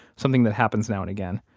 something that happens now and again,